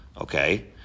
okay